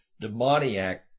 demoniac